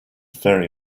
very